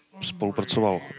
spolupracoval